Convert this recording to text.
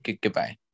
Goodbye